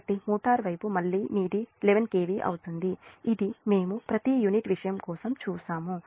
కాబట్టి మోటారు వైపు మళ్ళీ ఇది 11 kV అవుతుంది ఇది మేము ప్రతి యూనిట్ విషయం కోసం చూశాము